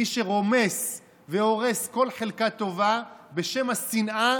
מי שרומס והורס כל חלקה טובה בשם השנאה,